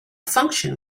function